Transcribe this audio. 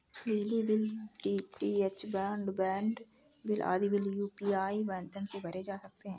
बिजली bill, DTH broadband bill आदि bill UPI माध्यम से भरे जा सकते हैं